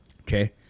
Okay